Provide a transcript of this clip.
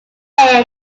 heir